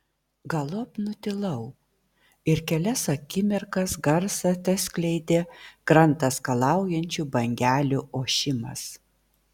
galop nutilau ir kelias akimirkas garsą teskleidė krantą skalaujančių bangelių ošimas